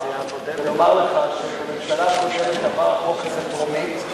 ולומר לך שבממשלה הקודמת עבר החוק הזה בקריאה טרומית,